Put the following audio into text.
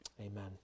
Amen